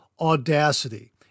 Audacity